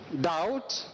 Doubt